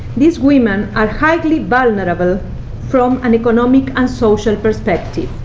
these women are highly vulnerable from an economic and social perspective.